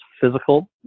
physical